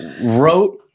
wrote